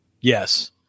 Yes